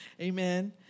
amen